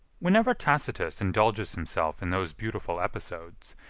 whenever tacitus indulges himself in those beautiful episodes,